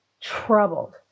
troubled